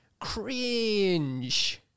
cringe